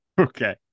okay